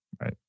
Right